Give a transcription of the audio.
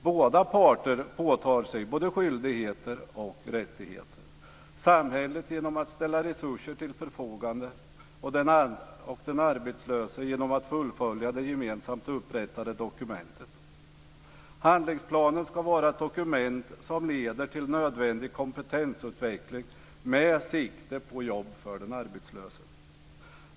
Båda parter påtar sig både skyldigheter och rättigheter - samhället genom att ställa resurser till förfogande och den arbetslöse genom att fullfölja det gemensamt upprättade dokumentet. Handlingsplanen ska vara ett dokument som leder till nödvändig kompetensutveckling med sikte på jobb för den arbetslöse.